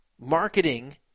marketing